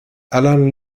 alan